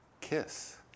Kiss